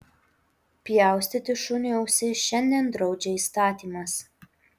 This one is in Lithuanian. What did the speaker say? pjaustyti šuniui ausis šiandien draudžia įstatymas